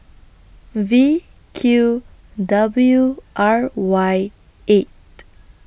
V Q W R Y eight